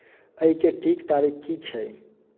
आइ के ठीक तारीख की छै